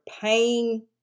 pain